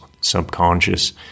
subconscious